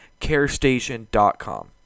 carestation.com